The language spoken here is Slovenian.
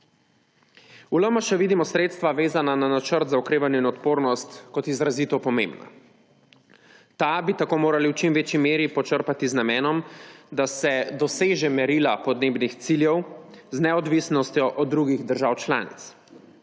V LMŠ vidimo sredstva, vezana na Načrt za okrevanje in odpornost, kot izrazito pomembna. Ta bi tako morali v čim večji meri počrpati z namenom, da se dosežejo merila podnebnih ciljev z neodvisnostjo od drugih držav članic.